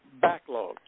backlog